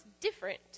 different